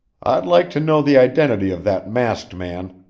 i'd like to know the identity of that masked man,